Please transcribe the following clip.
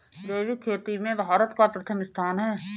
जैविक खेती में भारत का प्रथम स्थान